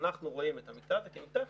שאנחנו רואים את המקטע הזה כמקטע תחרותי.